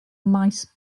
maes